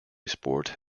sport